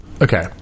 Okay